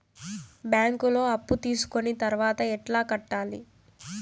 బ్యాంకులో అప్పు తీసుకొని తర్వాత ఎట్లా కట్టాలి?